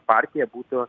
partija būtų